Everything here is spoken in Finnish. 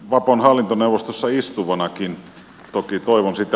vapon hallintoneuvostossa istuvanakin toki toivon sitä